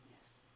Yes